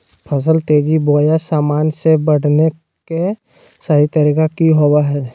फसल तेजी बोया सामान्य से बढने के सहि तरीका कि होवय हैय?